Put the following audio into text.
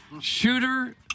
Shooter